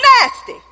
nasty